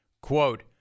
Quote